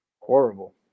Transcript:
Horrible